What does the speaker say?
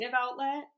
outlet